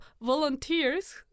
volunteers